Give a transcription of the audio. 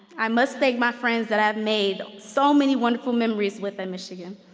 i must thank my friends that i've made so many wonderful memories with in michigan.